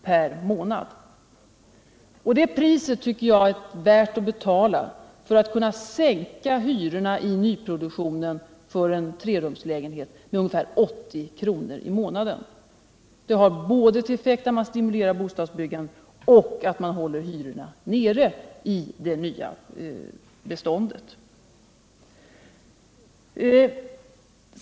per månad. Det priset tycker jag att det är värt att betala för att kunna sänka hyrorna i nyproduktionen för en trerumslägenhet med ungefär 80 kr. i månaden. Det har till följd att man både stimulerar bostadsbyggandet och håller hyrorna nere i det nya beståndet.